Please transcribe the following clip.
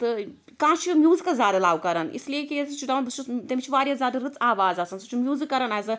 تہٕ کانٛہہ چھُ میٛوزِکَس زیادٕ لَو کران اس لیے تِکیٛاز سُہ چھُ دپان بہٕ چھُس تٔمس چھِ واریاہ زیادٕ رٕژ آواز آسان سُہ چھُ میٛوزِک کران ایز اےٚ